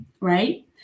Right